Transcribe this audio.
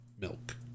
Milk